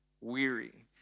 weary